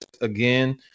again